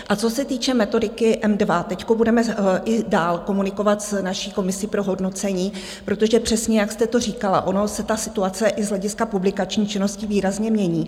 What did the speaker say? A co se týče metodiky M2, teď budeme i dál komunikovat s naší komisi pro hodnocení, protože přesně jak jste to říkala, ona se situace i z hlediska publikační činnosti výrazně mění.